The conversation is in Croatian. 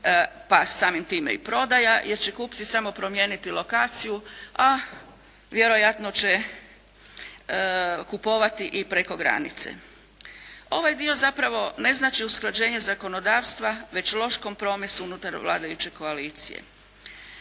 pa samim time i prodaja jer će kupci samo promijeniti lokaciju a vjerojatno će kupovati i preko granice. Ovaj dio zapravo ne znači usklađenje zakonodavstva već loš kompromis unutar vladajuće koalicije.